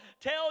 tell